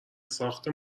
ساخت